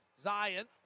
Zion